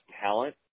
talent